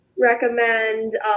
recommend